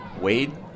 Wade